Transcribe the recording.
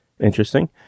interesting